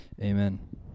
Amen